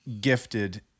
gifted